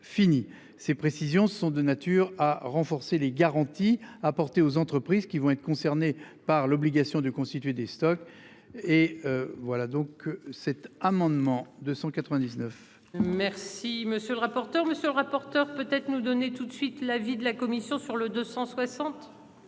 ces précisions sont de nature à renforcer les garanties apportées aux entreprises qui vont être concernés par l'obligation de constituer des stocks. Et voilà donc cet amendement de 199. Merci monsieur le rapporteur. Monsieur le rapporteur. Peut être nous donner tout de suite l'avis de la commission sur le 260.